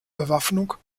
bewaffnung